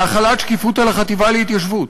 להחלת שקיפות על החטיבה להתיישבות.